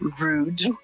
Rude